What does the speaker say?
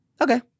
okay